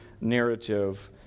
narrative